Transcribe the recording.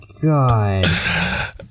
God